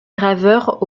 graveurs